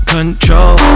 Control